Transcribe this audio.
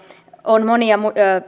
on